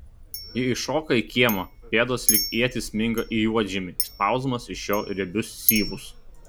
ji iššoka į kiemą pėdos lyg ietys sminga į juodžemį išspausdamos iš jo riebius syvus